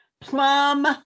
Plum